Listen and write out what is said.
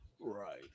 Right